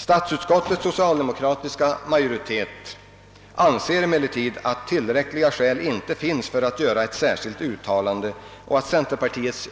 Statsutskottets socialdemokratiska majoritet anser emellertid att tillräckliga skäl inte finns för att göra ett särskilt uttalande och att centerpartiets